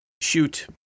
shoot